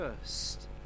first